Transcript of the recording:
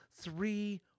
three